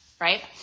right